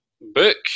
book